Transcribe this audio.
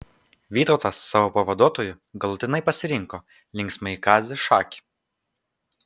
vytautas savo pavaduotoju galutinai pasirinko linksmąjį kazį šakį